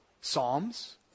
psalms